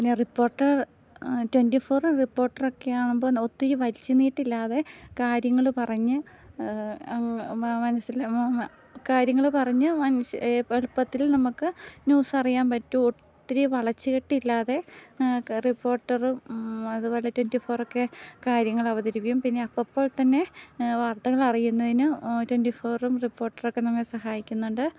പിന്നെ reporter twenty four റിപ്പോട്ടറൊക്കെ ആവുമ്പോൾ ഒത്തിരി വലിച്ചു നീട്ടില്ലാതെ കാര്യങ്ങൾ പറഞ്ഞ് അങ്ങ് മനസ്സിൽ കാര്യങ്ങൾ പറഞ്ഞ് മനുഷ്യ എളുപ്പത്തിൽ നമുക്ക് ന്യൂസറിയാൻ പറ്റും ഒത്തിരി വളച്ചുകെട്ടില്ലാതെ റിപ്പോട്ടറും അതുപോലെ ട്വൻ്റിഫോറൊക്കെ കാര്യങ്ങൾ അവതരിപ്പിക്കും പിന്നെ അപ്പപ്പോൾത്തന്നെ വാർത്തകൾ അറിയുന്നതിന് ട്വൻ്റിഫോറും റിപ്പോട്ടറൊക്കെ നമ്മെ സഹായിക്കുന്നുണ്ട്